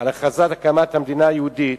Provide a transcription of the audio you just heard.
על הכרזת הקמת המדינה היהודית,